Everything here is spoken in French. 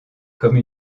comme